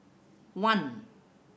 one